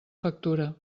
factura